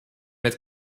mit